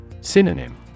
Synonym